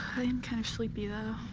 i am kind of sleepy though.